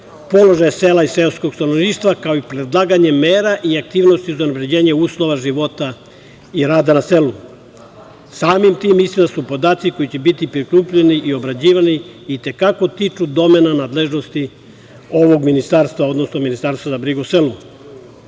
položaja sela i seoskog stanovništva, kao i predlaganjem mera i aktivnosti za unapređenje uslova života i rada na selu. Samim tim, mislim da se podaci koji će biti prikupljeni i obrađivani i te kako tiču domena nadležnosti ovog ministarstva, odnosno Ministarstva za brigu o selu.